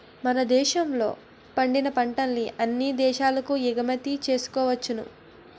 మన దేశంలో పండిన పంటల్ని అన్ని దేశాలకు ఎగుమతి చేసుకోవచ్చును